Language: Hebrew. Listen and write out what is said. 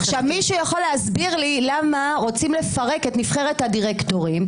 מישהו יכול להסביר לי למה רוצים לפרק את נבחרת הדירקטורים,